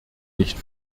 nicht